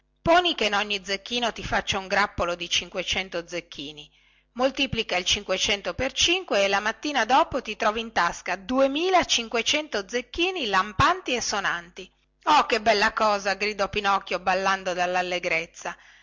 poni che ogni zecchino ti faccia un grappolo di cinquecento zecchini moltiplica il cinquecento per cinque e la mattina dopo ti trovi in tasca duemila cinquecento zecchini lampanti e sonanti oh che bella cosa gridò pinocchio ballando